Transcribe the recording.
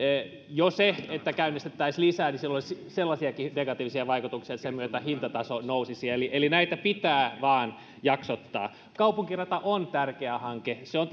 jo se että käynnistettäisiin lisää loisi sellaisiakin negatiivisia vaikutuksia että sen myötä hintataso nousisi eli eli näitä vain pitää jaksottaa kaupunkirata on tärkeä hanke se on